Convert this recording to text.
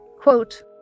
Quote